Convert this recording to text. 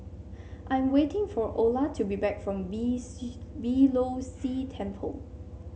I'm waiting for Ola to be back from Beeh Low See Temple